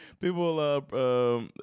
People